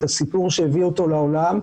את הסיפור שהביא אותו לעולם,